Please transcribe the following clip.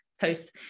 post